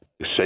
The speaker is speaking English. say